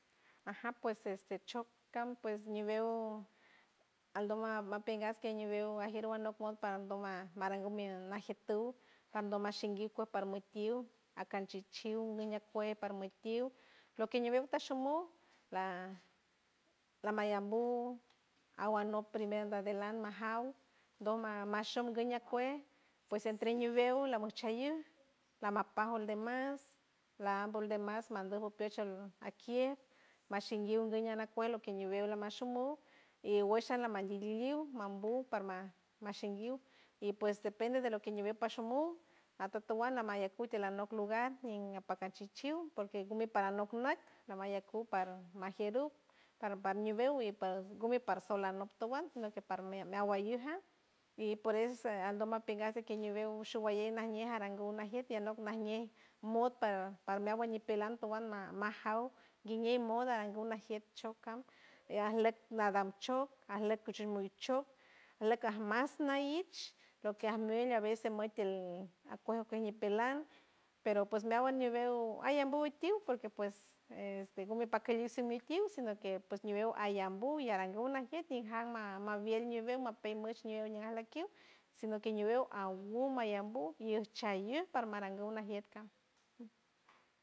Aja pues este chotcan pues ñiweu aldoma mapen gas que ñibeu ajeru anok wopan aldoma marangu men najectu aldoma ashenguiuw cuer parmo itiuw acanchuichiuw ñiweu cuen parmo itium loque ñiweu tashoumu la lamayambu awan nop primer danelan majaw doma mashon guiñancue pues entre ñiweu lamochayu lama pajol demás laam voldemás mando bupesh shold akier mashenguiuw guiña nacuel loque ñiwen mashonmu y gueshan lamanliliul mambu parma mashenguiuw y pues depende de lo que ñiweu pashomu atotowan lamaye cut de lanot lugar in a parca chichiuw porque gumer para alocnay namar yecu para majieruc para par ñiweu e pas gumer par solanoc towan sino que par meaward yujar y por eso aldoma pigaj de que ñiweu shuwañe najñe arangu najiet ti alok najñiew mota para meawand ñipelan towan ma majaour guiñe moda guna jiet shot can e arlek nadam choc arlek cushun muy chot alek as masna iich loque almel a veces moitiold acuejo cuñi peland pero pues meawand ñiweu ayambu tiuw porque pues este gume paque lisen mitiul sino que ñiweu ayambu y arangu najiet ti ajanma mabiel ñiweu mapen moshnie uña alokiut sino que ñiweu aa wuu mayambú guiuchayu para marangu najiet can.